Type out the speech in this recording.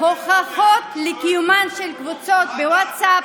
הוכחות לקיומן של קבוצות בווטסאפ